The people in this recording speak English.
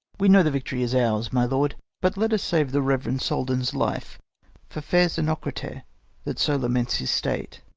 we know the victory is ours, my lord but let us save the reverend soldan's life for fair zenocrate that so laments his state.